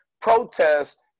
protests